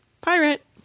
Pirate